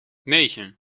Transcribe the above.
negen